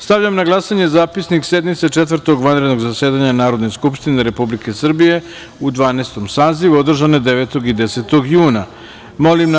Stavljam na glasanje Zapisnik sednice Četvrtog vanrednog zasedanja Narodne skupštine Republike Srbije u Dvanaestom sazivu, održane 9. i 10. juna 2021. godine.